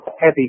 heavy